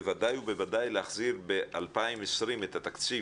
בוודאי ובוודאי להחזיר ב-2020 את התקציב,